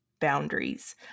boundaries